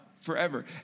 forever